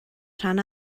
rhan